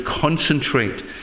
concentrate